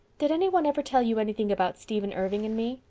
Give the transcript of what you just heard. did anyone ever tell you anything about stephen irving and me?